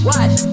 Watch